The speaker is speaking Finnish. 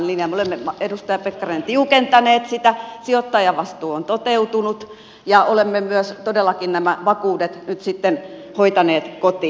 me olemme edustaja pekkarinen tiukentaneet sitä sijoittajavastuu on toteutunut ja olemme myös todellakin nämä vakuudet nyt sitten hoitaneet kotiin